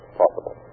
possible